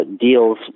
deals